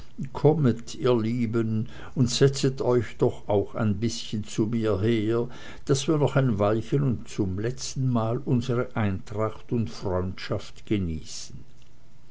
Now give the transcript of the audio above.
kommet ihr lieben und setzet euch doch auch noch ein bißchen zu mir her daß wir noch ein weilchen und zum letzten mal unsere eintracht und freundschaft genießen